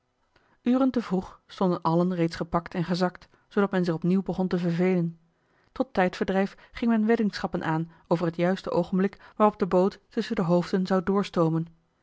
uren te vroeg stonden allen reeds gepakt en gezakt zoodat men zich opnieuw begon te vervelen tot tijdverdrijf ging men weddingschappen aan over het juiste oogenblik waarop de boot tusschen de hoofden zou doorstoomen